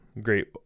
great